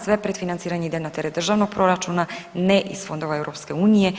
Sve predfinanciranje ide na teret državnog proračuna ne iz fondova EU.